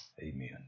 amen